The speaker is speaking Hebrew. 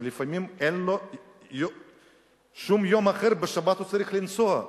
שלפעמים אין לו שום יום אחר, בשבת הוא צריך לנסוע.